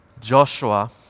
Joshua